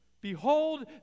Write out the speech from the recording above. Behold